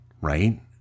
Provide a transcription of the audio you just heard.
right